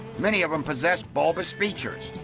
many of them possess bulbous features,